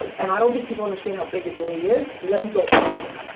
and i don't think people understand how big it really is, let me go harder.